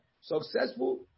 successful